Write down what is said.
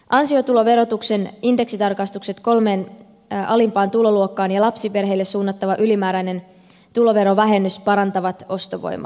ansiotuloverotuksen indeksitarkastukset kolmeen alimpaan tuloluokkaan ja lapsiperheille suunnattava ylimääräinen tuloverovähennys parantavat ostovoimaa